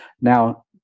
now